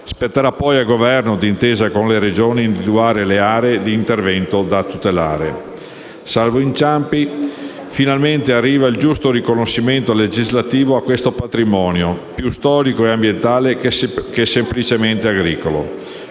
Spetterà poi al Governo, d'intesa con le Regioni, individuare le aree di intervento da tutelare. Salvo inciampi, finalmente arriverà il giusto riconoscimento legislativo a questo patrimonio, più storico e ambientale che semplicemente agricolo.